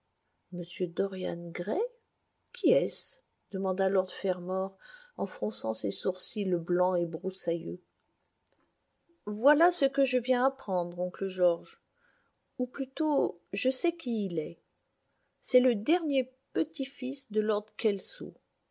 dorian gray qui est-ce demanda lord fermor en fronçant ses sourcils blancs et broussailleux voilà ce que je viens apprendre oncle george ou plutôt je sais qui il est c'est le dernier petit fds de lord